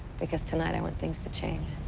because tonight i want things to change.